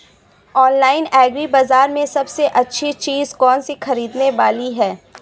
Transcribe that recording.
Online agri बाजार में सबसे अच्छी चीज कौन सी ख़रीदने वाली है?